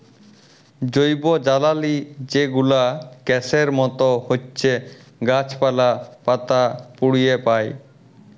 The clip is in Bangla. জৈবজ্বালালি যে গুলা গ্যাসের মত হছ্যে গাছপালা, পাতা পুড়িয়ে পায়